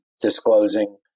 disclosing